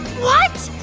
what?